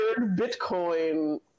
Bitcoin